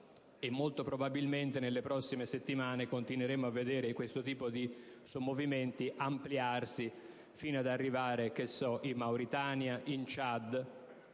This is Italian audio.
molto probabilmente nelle prossime settimane continueremo a vedere questo tipo di sommovimenti ampliarsi fino ad arrivare, che so, in Mauritania, in Ciad